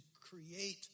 create